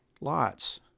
Lots